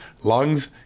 lungs